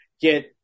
get